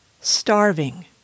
starving